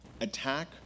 attack